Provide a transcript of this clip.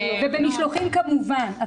ובמשלוחים כמובן.